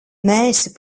neesi